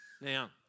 Now